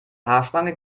haarspange